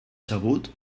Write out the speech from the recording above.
sabut